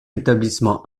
établissement